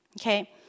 Okay